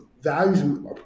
values